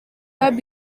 have